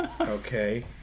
Okay